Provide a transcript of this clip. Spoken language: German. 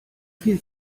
viel